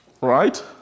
right